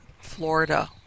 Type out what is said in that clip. Florida